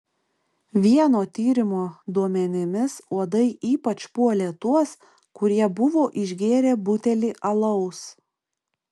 vieno tyrimo duomenimis uodai ypač puolė tuos kurie buvo išgėrę butelį alaus